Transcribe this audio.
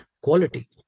quality